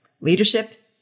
leadership